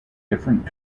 different